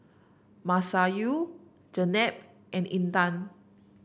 Masayu Jenab and Intan